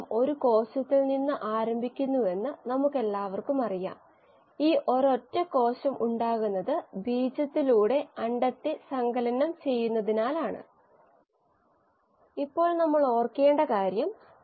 അവസാന പ്രഭാഷണത്തിൽ പ്രഭാഷണ നമ്പർ 3 ഇൽ പൊതുവായി പ്രോബ്ലെംസ് എങ്ങനെ പരിഹരിക്കാമെന്ന് നമ്മൾ പരിശോധിക്കുകയും സ്റ്റെറിലൈസഷൻ കയ്നെറ്റിക്സ് ആയി ബന്ധപ്പെട്ട ഒരു പ്രോബ്ലം നമ്മൾ പരിഹരിക്കുകയും ചെയ്തു